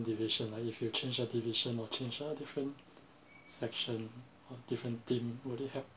division lah if you change your division or change ah different section or different team would it help